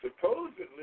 supposedly –